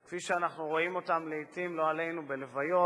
כפי שאנחנו רואים אותם לעתים, לא עלינו, בלוויות,